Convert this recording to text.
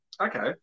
Okay